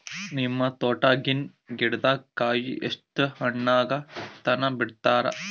ನಿಮ್ಮ ತೋಟದಾಗಿನ್ ಗಿಡದಾಗ ಕಾಯಿ ಹಣ್ಣಾಗ ತನಾ ಬಿಡತೀರ?